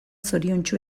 zoriontsu